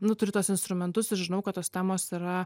nu turi tuos instrumentus ir žinau kad tos temos yra